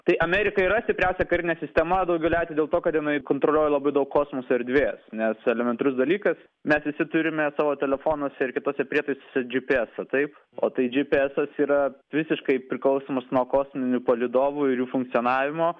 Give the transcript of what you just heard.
tai amerika ir yra stipriausia karinė sistema daugeliu atveju dėl to kad jinai kontroliuoja labai daug kosmoso erdvės nes elementarus dalykas mes visi turime savo telefonuose ir kituose prietaisuose džypyesą taip o tai džypyesas yra visiškai priklausomas nuo kosminių palydovų ir jų funkcionavimo